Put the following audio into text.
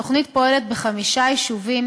התוכנית פועלת בחמישה יישובים.